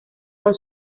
con